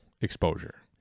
exposure